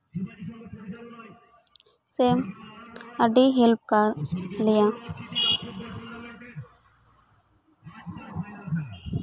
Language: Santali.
ᱥᱮ ᱟᱹᱰᱤ ᱦᱮᱞᱯ ᱠᱟᱜ ᱞᱮᱭᱟ